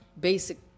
basic